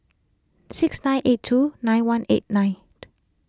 six nine eight two nine one eight nine